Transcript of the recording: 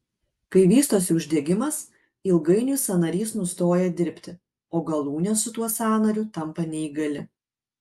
kai vystosi uždegimas ilgainiui sąnarys nustoja dirbti o galūnė su tuo sąnariu tampa neįgali